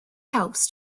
helps